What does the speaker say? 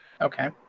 Okay